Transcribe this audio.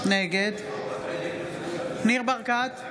נגד ניר ברקת,